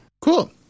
cool